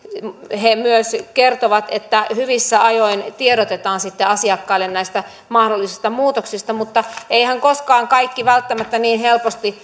he myös kertovat että hyvissä ajoin tiedotetaan sitten asiakkaille näistä mahdollisista muutoksista mutta eihän koskaan kaikki välttämättä niin helposti